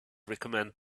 recommend